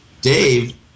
Dave